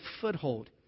foothold